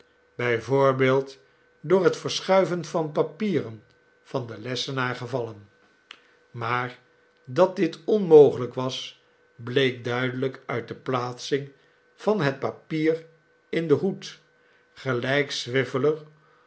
voorbeeld door het verschuiven van papieren van den lessenaar gevallen maar dat dit onmogelijk was bleek duidelijk uit de plaatsing van het papier in den hoed